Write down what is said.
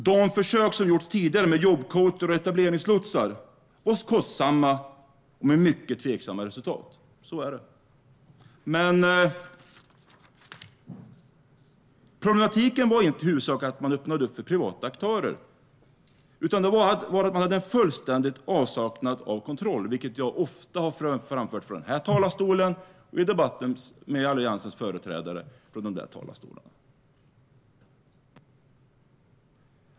De försök som har gjorts tidigare med jobbcoacher och etableringslotsar var kostsamma och hade mycket tveksamma resultat. Så är det. Men problematiken var inte i huvudsak att man öppnade för privata aktörer utan att man hade en fullständig avsaknad av kontroll, vilket jag ofta har framfört från den här talarstolen och i debatter med Alliansens företrädare i talarstolarna här framför.